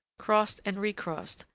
crossed and recrossed,